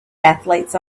athletes